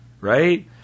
right